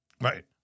Right